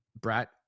Brat